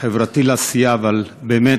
חברתי לסיעה, באמת,